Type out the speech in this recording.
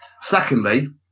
Secondly